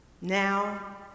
Now